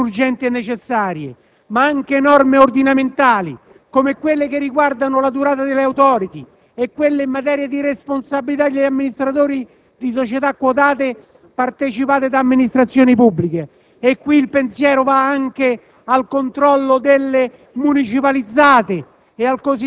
o misure urgenti e necessarie, ma anche norme ordinamentali, come quelle che riguardano la durata dell'*Authority* e quelle in materia di responsabilità degli amministratori di società quotate partecipate da amministrazioni pubbliche. E qui il pensiero va anche al controllo delle municipalizzate